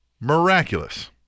miraculous